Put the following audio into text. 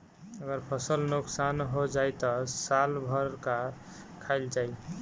अगर फसल नुकसान हो जाई त साल भर का खाईल जाई